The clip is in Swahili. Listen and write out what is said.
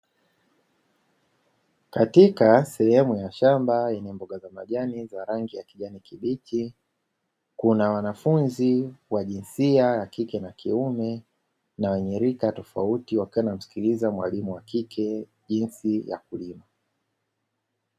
Katika sehemu ya shamba yenye mboga za majani za rangi ya kijani kibichi, kuna wanafunzi wa jinsia ya kike na kiume na wenye rika tofauti wakiwa wanamsikiliza mwalimu wa kike jinsi ya kulima.